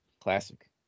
Classic